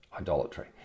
idolatry